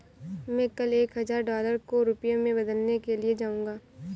मैं कल एक हजार डॉलर को रुपया में बदलने के लिए जाऊंगा